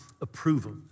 approval